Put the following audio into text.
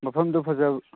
ꯃꯐꯝꯗꯨ ꯐꯖ